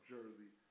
Jersey